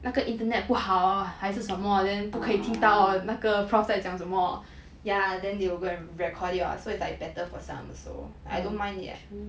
那个 internet 不好还是什么 then 不可以听到那个 prof 在讲什么 ya they will go and record it so it's like better for some like I don't mind it lah